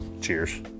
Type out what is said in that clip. Cheers